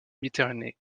méditerranée